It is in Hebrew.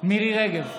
מירי מרים רגב,